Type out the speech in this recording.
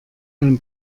ein